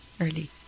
early